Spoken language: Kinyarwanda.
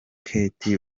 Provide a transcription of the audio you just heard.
kate